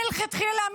מלכתחילה,